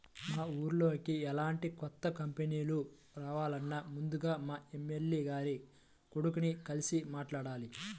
మా ఊర్లోకి ఎలాంటి కొత్త కంపెనీలు రావాలన్నా ముందుగా మా ఎమ్మెల్యే గారి కొడుకుని కలిసి మాట్లాడాలి